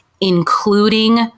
including